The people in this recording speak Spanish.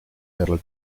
herald